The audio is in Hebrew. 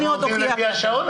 אנחנו הולכים לפי השעון,